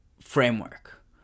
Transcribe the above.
framework